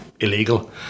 illegal